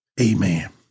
Amen